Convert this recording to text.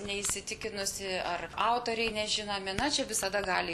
neįsitikinusi ar autoriai nežinomi na čia visada gali